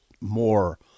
more